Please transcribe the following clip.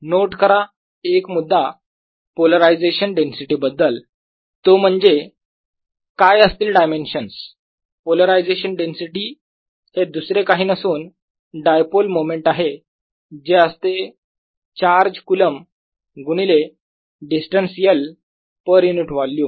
note करा एक मुद्दा पोलरायझेशन डेन्सिटी बद्दल तो म्हणजे काय असतील डायमेन्शन्स पोलरायझेशन डेन्सिटी हे दुसरे काही नसून डायपोल मोमेंट आहे जे असते चार्ज कुलम गुणिले distance L per unit volume